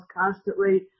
constantly